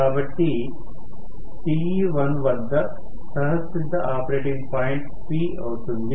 కాబట్టి Te1వద్ద సహజసిద్ధ ఆపరేటింగ్ పాయింట్ P అవుతుంది